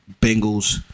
Bengals